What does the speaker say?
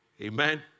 Amen